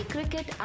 Cricket